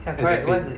ya correct what is